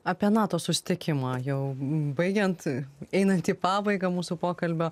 apie nato susitikimą jau baigiant einant į pabaigą mūsų pokalbio